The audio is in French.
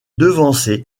devancé